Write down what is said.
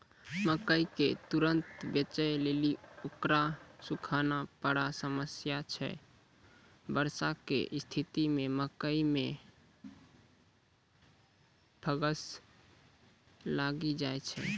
मकई के तुरन्त बेचे लेली उकरा सुखाना बड़ा समस्या छैय वर्षा के स्तिथि मे मकई मे फंगस लागि जाय छैय?